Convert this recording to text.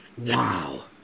Wow